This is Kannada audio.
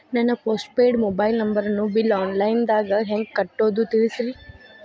ನನ್ನ ಪೋಸ್ಟ್ ಪೇಯ್ಡ್ ಮೊಬೈಲ್ ನಂಬರನ್ನು ಬಿಲ್ ಆನ್ಲೈನ್ ದಾಗ ಹೆಂಗ್ ಕಟ್ಟೋದು ತಿಳಿಸ್ರಿ